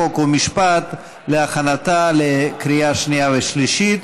חוק ומשפט להכנתה לקריאה שנייה ושלישית.